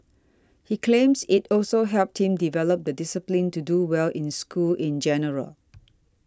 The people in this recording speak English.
he claims it also helped him develop the discipline to do well in school in general